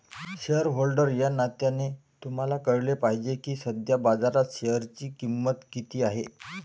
shareholder या नात्याने तुम्हाला कळले पाहिजे की सध्या बाजारात शेअरची किंमत किती आहे